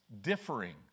differing